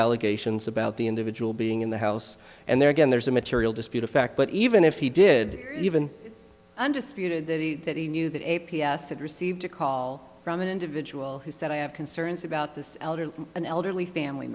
allegations about the individual being in the house and then again there's a material dispute a fact but even if he did even undisputed that he knew that a p s had received a call from an individual who said i have concerns about this an elderly family